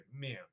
man